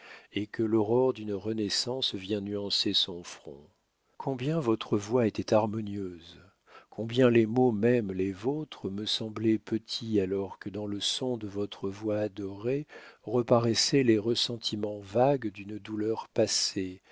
et que l'aurore d'une renaissance vient nuancer son front combien votre voix était harmonieuse combien les mots même les vôtres me semblaient petits alors que dans le son de votre voix adorée reparaissaient les ressentiments vagues d'une douleur passée